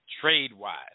trade-wise